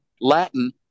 Latin